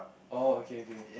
oh okay okay